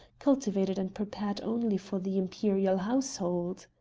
cultivated and prepared only for the imperial household.